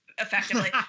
effectively